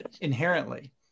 inherently